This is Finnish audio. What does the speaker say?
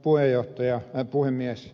arvoisa puhemies